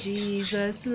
Jesus